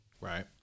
right